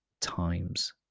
times